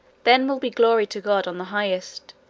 then will be glory to god on the highest,